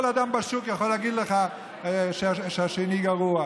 כל אדם בשוק יכול להגיד לך שהשני גרוע,